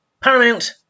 Paramount